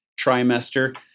trimester